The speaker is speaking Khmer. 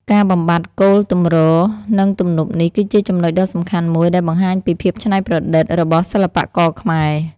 ការបំបាត់គោលទម្រ និងទំនប់នេះគឺជាចំណុចដ៏សំខាន់មួយដែលបង្ហាញពី ភាពច្នៃប្រឌិត របស់សិល្បករខ្មែរ។